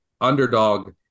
underdog